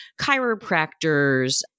chiropractors